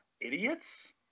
idiots